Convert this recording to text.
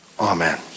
Amen